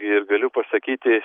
ir galiu pasakyti